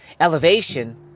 elevation